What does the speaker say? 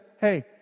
hey